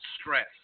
stress